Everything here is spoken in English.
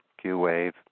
Q-Wave